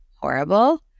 horrible